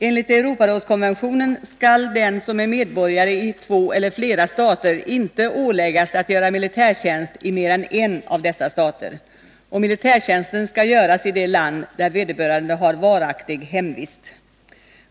Enligt Europarådskonventionen skall den som är medborgare i två eller flera stater inte åläggas att göra militärtjänst i mer än en av dessa stater, och militärtjänsten skall göras i det land där vederbörande har varaktigt hemvist.